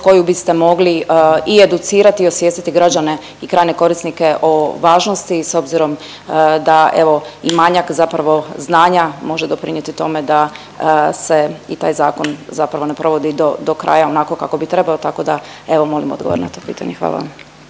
koju biste mogli i educirati i osvijestiti građane i krajnje korisnike o važnosti i s obzirom da evo i manjak zapravo znanja može doprinijeti tome da se i taj zakon zapravo ne provodi do kraja onako kako bi trebao, tako da evo molim odgovor na to pitanje. Hvala vam.